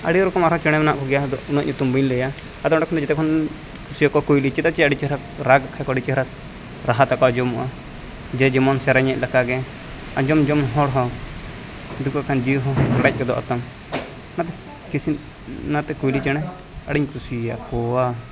ᱟᱹᱰᱤ ᱨᱚᱠᱚᱢ ᱟᱨᱦᱚᱸ ᱪᱮᱬᱮ ᱢᱮᱱᱟᱜ ᱠᱚᱜᱮᱭᱟ ᱟᱫᱚ ᱩᱱᱟᱹᱜ ᱧᱩᱛᱩᱢ ᱵᱟᱹᱧ ᱞᱟᱹᱭᱟ ᱟᱫᱚ ᱚᱸᱰᱮ ᱠᱷᱚᱱ ᱡᱮᱛᱮᱠᱷᱚᱱ ᱥᱮ ᱠᱚ ᱠᱩᱭᱞᱤ ᱪᱮᱫᱟᱜ ᱪᱮ ᱟᱹᱰᱤ ᱪᱮᱦᱨᱟ ᱨᱟᱜᱽ ᱛᱟᱠᱚ ᱟᱹᱰᱤ ᱪᱮᱦᱨᱟ ᱨᱟᱦᱟ ᱛᱟᱠᱚ ᱟᱸᱡᱚᱢᱚᱜᱼᱟ ᱡᱮ ᱡᱮᱢᱚᱱ ᱥᱮᱨᱮᱧᱮᱫ ᱞᱮᱠᱟᱜᱮ ᱟᱸᱡᱚᱢ ᱡᱚᱝ ᱦᱚᱲ ᱦᱚᱸ ᱫᱩᱠ ᱠᱟᱠᱟᱱ ᱡᱤᱣᱤ ᱦᱚᱸ ᱦᱮᱰᱮᱡ ᱜᱚᱫᱚᱜ ᱟᱛᱟᱢ ᱠᱤᱥᱱᱤ ᱚᱱᱟᱛᱮ ᱠᱩᱭᱞᱤ ᱪᱮᱬᱮ ᱟᱹᱰᱤᱧ ᱠᱩᱥᱤᱭᱟᱠᱚᱣᱟ